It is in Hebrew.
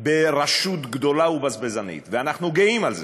ברשות גדולה ובזבזנית, ואנחנו גאים על זה,